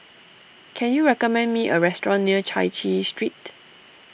can you recommend me a restaurant near Chai Chee Street